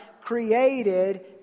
created